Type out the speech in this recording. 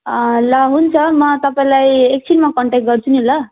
ल हुन्छ म तपाईँलाई एकछिनमा कन्ट्याक्ट गर्छु नि ल